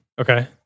Okay